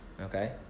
Okay